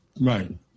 Right